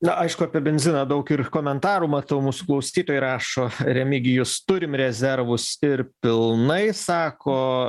aišku apie benziną daug ir komentarų matau mūsų klausytojai rašo remigijus turim rezervus ir pilnai sako